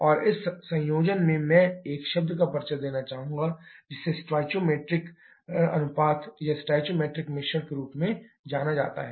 और इस संयोजन में मैं एक शब्द का परिचय देना चाहूंगा जिसे स्टोइकोमेट्रिक अनुपात या स्टोइकोमेट्रिक मिश्रण के रूप में जाना जाता है